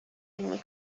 علمی